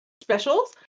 specials